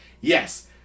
yes